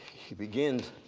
he begins